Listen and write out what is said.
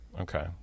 Okay